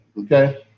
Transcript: okay